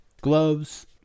gloves